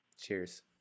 Cheers